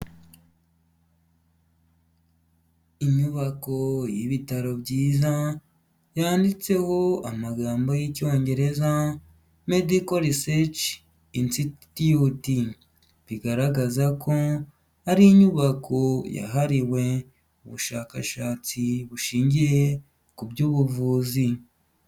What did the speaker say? Inyubako y'ibitaro byiza, yanditseho amagambo y'Icyongereza ''Medical sResearch Institute''. Bigaragaza ko ari inyubako yahariwe ubushakashatsi bushingiye ku by'ubuvuzi.